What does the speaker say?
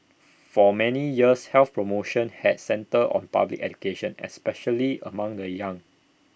for many years health promotion had centred on public education especially among the young